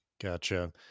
Gotcha